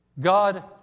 God